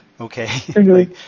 okay